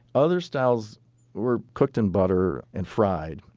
other styles were cooked in butter and fried,